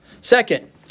Second